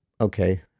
okay